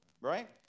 Right